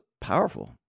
powerful